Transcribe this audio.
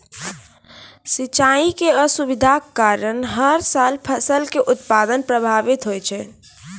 सिंचाई के असुविधा के कारण हर साल फसल के उत्पादन प्रभावित होय छै